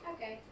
Okay